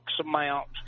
amount